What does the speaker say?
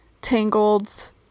Tangled